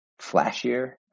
flashier